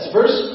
Verse